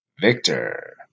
Victor